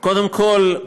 קודם כול,